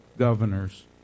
governors